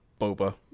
Boba